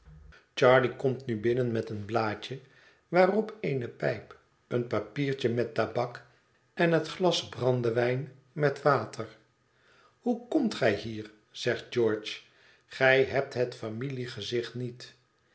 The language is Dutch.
charley komt nu binnen met een blaadje waarop eene pijp een papiertje met tabak en het glas brandewijn met water hoe komt gij hier zegt george gij hebt het familiegezicht niet